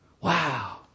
Wow